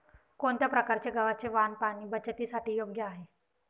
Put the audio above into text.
कोणत्या प्रकारचे गव्हाचे वाण पाणी बचतीसाठी योग्य आहे?